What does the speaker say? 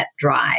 drive